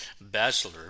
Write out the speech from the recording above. bachelor